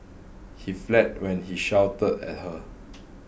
he fled when she shouted at her